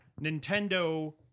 Nintendo